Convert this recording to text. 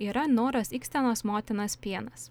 yra noros ikstenos motinos pienas